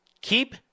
Keep